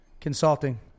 consulting